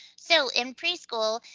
so in preschool,